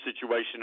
situation